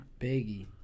Biggie